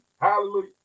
Hallelujah